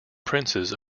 princes